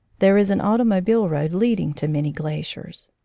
there is an automobile road leading to many gla ciers.